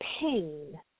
Pain